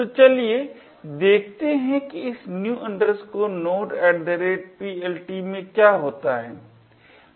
तो चलिए देखते है कि इस new nodePLT में क्या होता है